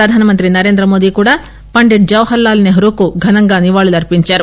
ప్రధానమంత్రి నరేంద్ర మోదీ కూడా పండిత్ జవహర్ లాల్ నెహ్రూకు ఘనంగా నివాళులర్పించారు